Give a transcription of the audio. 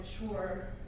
mature